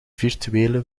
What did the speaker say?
virtuele